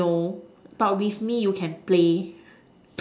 no but with me you can play